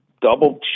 double